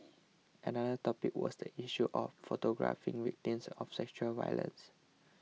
another topic was the issue of photographing victims of sexual violence